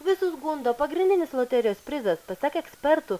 visus gundo pagrindinis loterijos prizas pasak ekspertų